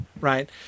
right